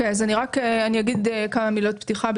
ברשותך, אני אומר כמה מילות פתיחה.